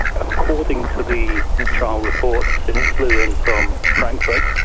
according to the trial reports, it flew in from frankfurt,